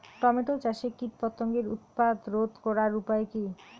Tomato চাষে কীটপতঙ্গের উৎপাত রোধ করার উপায় কী?